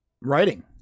writing